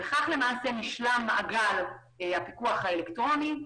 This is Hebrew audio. כאן למעשה נשלם מעגל הפיקוח האלקטרוני.